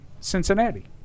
Cincinnati